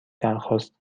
درخواست